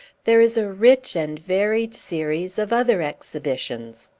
there is a rich and varied series of other exhibitions.